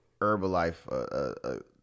Herbalife